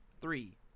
Three